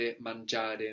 mangiare